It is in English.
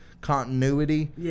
continuity